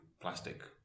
plastic